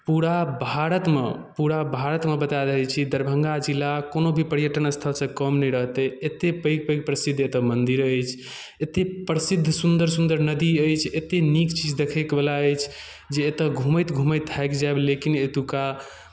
पूरा भारतमे पूरा भारतमे बता दै छी दरभंगा जिला कोनो भी पर्यटन स्थलसँ कम नहि रहतै एतेक पैघ पैघ प्रसिद्ध एतय मन्दिर अछि एतेक प्रसिद्ध सुन्दर सुन्दर नदी अछि एतेक नीक चीज देखैवला अछि जे एतय घूमैत घूमैत थाकि जायब लेकिन एतुक्का